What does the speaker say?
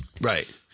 Right